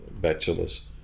bachelor's